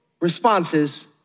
responses